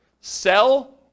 sell